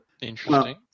Interesting